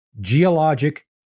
Geologic